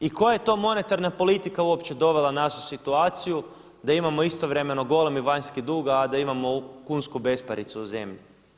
I koja je to monetarna politika uopće dovela nas u situaciju da imamo istovremeno golemi vanjski dug, a da imamo kunsku besparicu u zemlji?